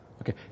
Okay